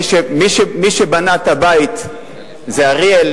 מי שבנה את הבית זה אריאל,